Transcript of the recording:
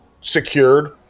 secured